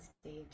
stage